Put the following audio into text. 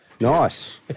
Nice